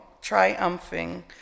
triumphing